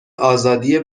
آزادی